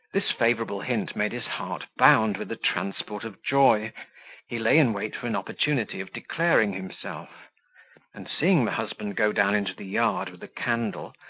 this favourable hint made his heart bound with a transport of joy he lay in wait for an opportunity of declaring himself and seeing the husband go down into the yard with a candle,